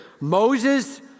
Moses